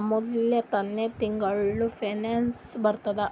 ಆಮ್ಯಾಲ ತಾನೆ ತಿಂಗಳಾ ಪೆನ್ಶನ್ ಬರ್ತುದ್